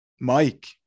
Mike